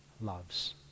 loves